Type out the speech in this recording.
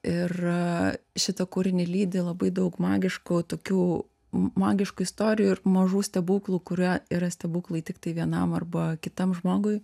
ir šitą kūrinį lydi labai daug magiškų tokių magiškų istorijų ir mažų stebuklų kurie yra stebuklai tiktai vienam arba kitam žmogui